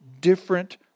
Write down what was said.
different